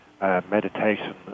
meditation